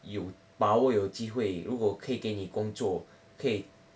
有把握有机会如果可以给你工作可以